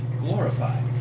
glorified